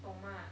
懂吗